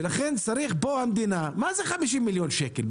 ולכן פה המדינה מה זה 50 מיליון שקל?